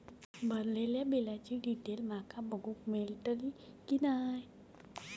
भरलेल्या बिलाची डिटेल माका बघूक मेलटली की नाय?